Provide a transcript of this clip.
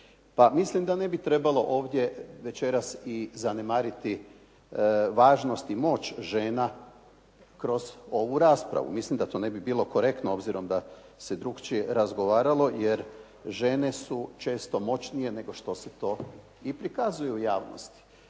mislim da ne bi trebalo ovdje večeras i zanemariti važnost i moć žena kroz ovu raspravu. Mislim da to ne bi bilo korektno obzirom da se drukčije razgovaralo jer žene su često moćnije nego što se to i prikazuje u javnosti.